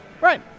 Right